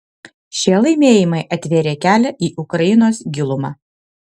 šie laimėjimai atvėrė kelią į ukrainos gilumą